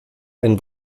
ein